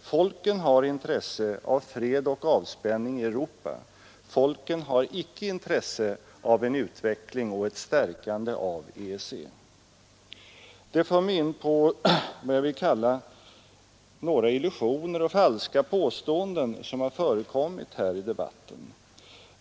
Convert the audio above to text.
Folken har intresse av fred och avspänning i Europa; folken har inte intresse av en utveckling och ett stärkande av EEC. Detta för mig in på vad jag vill kalla några illusioner och falska påståenden som förekommit här i debatten.